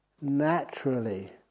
naturally